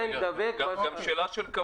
גם שאלה של כמויות.